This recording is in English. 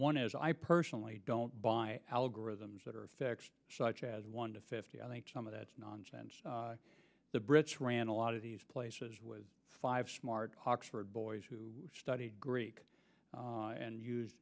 one is i personally don't buy algorithms that are fixed such as one to fifty i think some of that nonsense the brits ran a lot of these places was five smart oxford boys who studied greek and